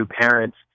parents